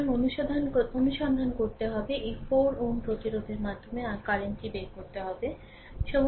সুতরাং অনুসন্ধান করতে হবে এই 4 Ω প্রতিরোধের মাধ্যমে r কারেন্টটি বের করতে হবে